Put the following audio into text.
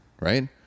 Right